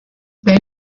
ben